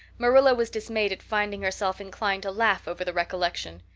marilla was dismayed at finding herself inclined to laugh over the recollection.